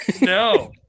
no